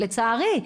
לצערי.